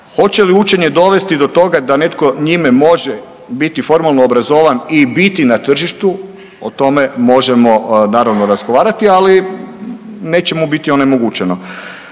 Hoće li učenje dovesti do toga da netko njime može biti formalno obrazovan i biti na tržištu o tome možemo naravno razgovarati, ali neće mu biti onemogućeno.